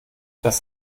das